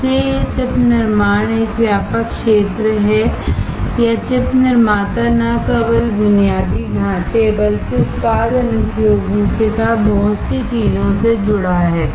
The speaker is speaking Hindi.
इसलिए यह चिप निर्माण एक व्यापक क्षेत्र है या चिप9chip निर्माता न केवल बुनियादी ढांचे बल्कि उत्पाद अनुप्रयोगों के साथ बहुत सी चीजों से जुड़ा है